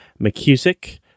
McCusick